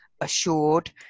assured